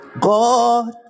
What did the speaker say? God